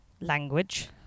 Language